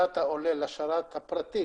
הדאטה עולה לשרת הפרטי,